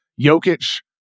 Jokic